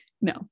no